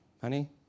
Honey